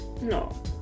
No